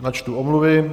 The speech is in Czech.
Načtu omluvy.